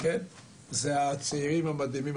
זה הצעירים המדהימים,